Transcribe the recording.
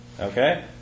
Okay